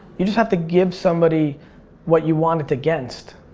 you just have to give somebody what you want it against.